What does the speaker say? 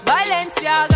Valencia